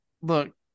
look